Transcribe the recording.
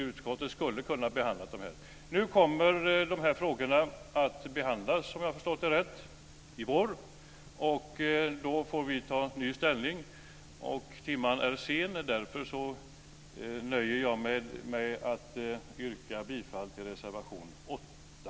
Utskottet kunde ha behandlat detta. Nu kommer dessa frågor att behandlas, om jag har förstått det rätt, i vår. Och då får vi ta ny ställning. Timmen är sen, och därför nöjer jag mig med att yrka bifall till reservation 8.